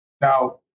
Now